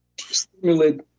stimulate